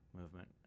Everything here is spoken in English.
movement